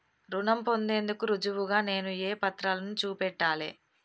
రుణం పొందేందుకు రుజువుగా నేను ఏ పత్రాలను చూపెట్టాలె?